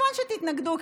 כמובן שתתנגדו,